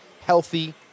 healthy